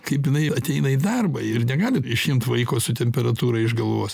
kaip jinai ateina į darbą ir negali išimt vaiko su temperatūra iš galvos